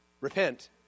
Repent